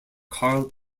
carl